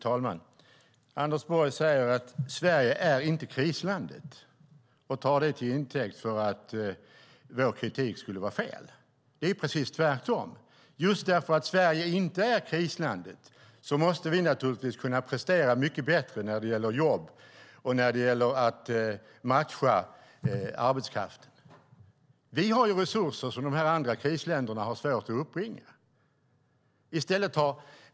Fru talman! Anders Borg säger att Sverige inte är krislandet och tar det till intäkt för att vår kritik skulle vara felaktig. Det är ju precis tvärtom. Just därför att Sverige inte är krislandet måste vi naturligtvis kunna prestera mycket bättre när det gäller jobb och att matcha arbetskraft. Vi har resurser som krisländerna har svårt att uppbringa.